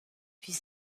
puis